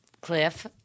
Cliff